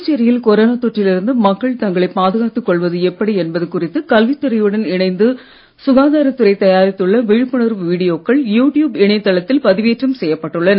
புதுச்சேரியில் கொரோனா தொற்றில் இருந்து மக்கள் தங்களைப் பாதுகாத்துக் கொள்வது எப்படி என்பது குறித்து கல்வித் துறையுடன் இணைந்து சுகாதாரத் துறை தயாரித்துள்ள விழிப்புணர்வு வீடியோக்கள் யு டியூப் பதிவேற்றம் செய்யப்பட்டுள்ளன